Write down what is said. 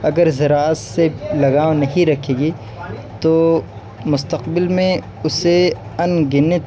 اگر زراعت سے لگاؤ نہیں رکھے گی تو مستقبل میں اسے انگنت